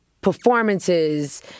performances